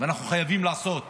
ואנחנו חייבים לעשות